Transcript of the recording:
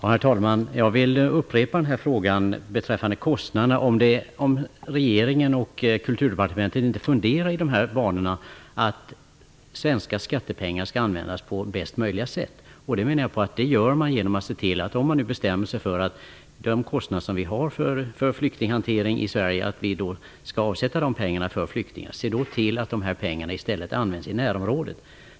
Herr talman! Jag vill upprepa min fråga om kostnaderna. Anser inte regeringen och Kulturdepartementet att svenska skattepengar skall användas på bästa möjliga sätt? Om vi har bestämt att pengar skall avsättas för flyktinghantering i Sverige, bör vi se till att dessa pengar i stället används i närområdet.